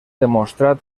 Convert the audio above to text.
demostrat